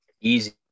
easy